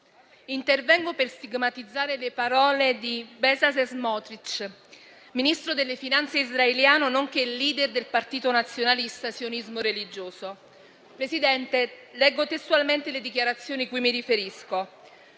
intervengo per stigmatizzare le parole di Bezalel Smotrich, ministro delle finanze israeliano nonché *leader* del partito nazionalista Sionismo Religioso. Presidente, leggo testualmente le dichiarazioni a cui mi riferisco: